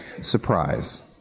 Surprise